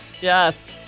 Yes